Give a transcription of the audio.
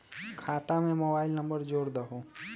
खाता में mobile number जोड़ दहु?